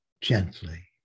gently